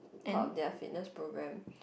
part of their fitness programme